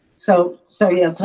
so so yeah, so